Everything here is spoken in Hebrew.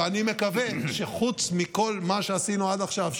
ואני מקווה שחוץ מכל מה שעשינו עד עכשיו,